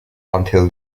until